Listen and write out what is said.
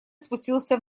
спустился